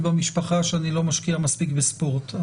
במשפחה שאני לא משקיע מספיק בספורט.